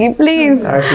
please